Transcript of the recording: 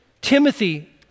Timothy